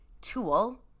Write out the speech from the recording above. tool